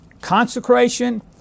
consecration